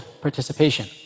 participation